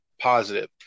positive